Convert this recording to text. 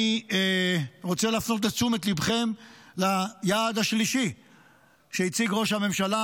אני רוצה להפנות את תשומת ליבכם ליעד השלישי שהציג ראש הממשלה,